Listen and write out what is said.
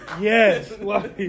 Yes